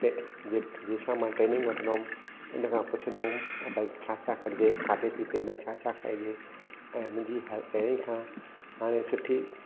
टे जंहिं सां मां ट्रेनिंग वठंदो हुअमि हुन खां पुछंदो हुअमि त भई छा छा करिजे खाधे पीते में छा छा खाइजे ऐं मुंहिंजी ह पहिरीं खां हाणे सुठी